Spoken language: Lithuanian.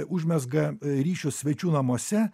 užmezga ryšius svečių namuose